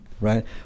right